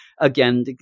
Again